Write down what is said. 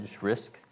risk